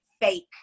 fake